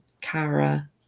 Kara